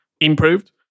improved